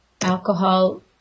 alcohol